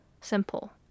simple